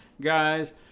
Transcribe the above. guys